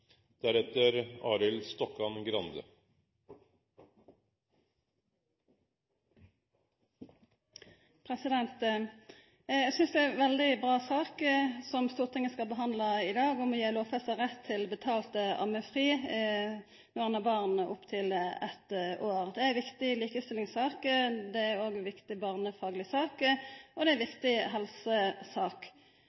Stortinget skal behandla i dag; om å gi lovfesta rett til betalt ammefri når ein har barn opptil eitt år. Det er ei viktig likestillingssak, det er òg ei viktig barnefagleg sak, og det er ei viktig helsesak. Det gjer at ein følgjer opp ILO-konvensjonen om mødrevern. Vi